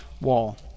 wall